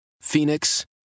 Phoenix